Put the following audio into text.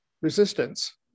resistance